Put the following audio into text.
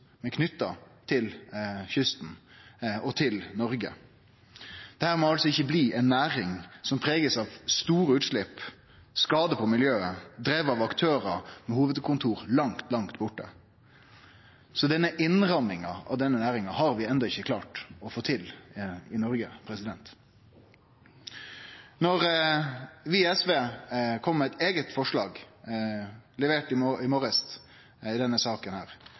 stader langt unna kysten, men til kysten og til Noreg. Dette må ikkje bli ei næring som er prega av store utslepp og skadar på miljøet, driven av aktørar med hovudkontor langt, langt borte. Denne innramminga av næringa har vi enno ikkje klart å få til i Noreg. Når vi i SV kom med eit eige forslag, levert i dag tidleg, i denne saka,